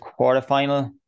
quarterfinal